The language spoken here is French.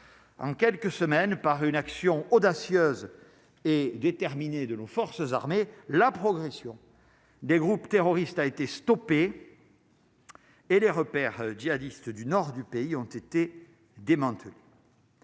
en quelques semaines par une action audacieuse et déterminée de nos forces armées, la progression des groupes terroristes a été stoppée et les repaires jihadistes du nord du pays, ont été démantelés.